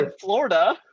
Florida